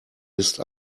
ist